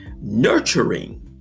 Nurturing